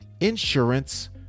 insurance